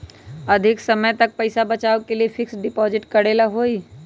अधिक समय तक पईसा बचाव के लिए फिक्स डिपॉजिट करेला होयई?